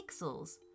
pixels